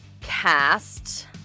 cast